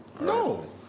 No